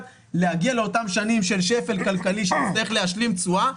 להגיע לאותן שנים של שפל כלכלי שנצטרך להשלים תשואה.